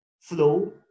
flow